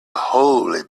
holy